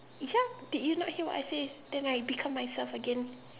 ya did you not hear what I say then I become myself again